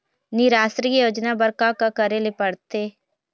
निराश्री योजना बर का का करे ले पड़ते?